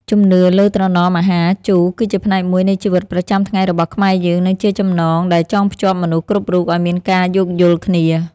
ជំនឿលើត្រណមអាហារជូរគឺជាផ្នែកមួយនៃជីវិតប្រចាំថ្ងៃរបស់ខ្មែរយើង និងជាចំណងដែលចងភ្ជាប់មនុស្សគ្រប់រូបឱ្យមានការយោគយល់គ្នា។